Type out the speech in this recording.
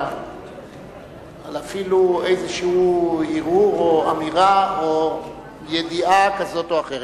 אלא על אפילו איזה הרהור או אמירה או ידיעה כזאת או אחרת,